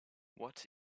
what